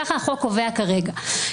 כך החוק קובע כרגע.